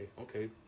okay